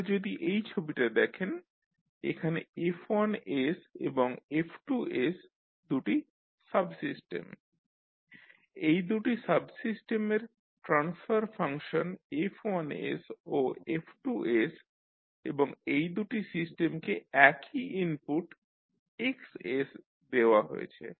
এবার যদি এই ছবিটা দেখেন এখানে F1s এবং F2s দুটি সাবসিস্টেম এই দুটি সাবসিস্টেমের ট্রান্সফার ফাংশন F1s ও F2s এবং এই দুটি সিস্টেমকে একই ইনপুট Xs দেওয়া হয়েছে